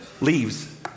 Leaves